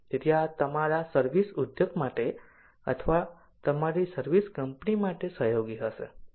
તેથી આ તમારા સર્વિસ ઉદ્યોગ માટે અથવા તમારી સર્વિસ કંપની માટે સહયોગી હશે